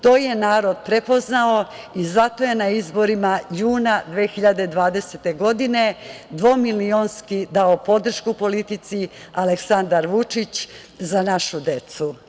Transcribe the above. To je narod prepoznao i zato je na izborima juna 2020. godine dvomilionski dao podršku politici Aleksandar Vučić – Za našu decu.